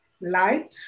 light